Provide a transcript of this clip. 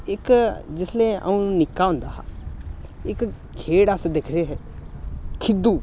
इक जिसलै अ'ऊं निक्का होंदा हा इक खेढ अस दिखदे हे खिद्दू